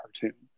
cartoon